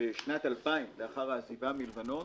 בשנת 2000, לאחר עזיבת לבנון,